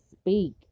speak